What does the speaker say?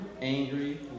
angry